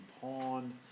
pawn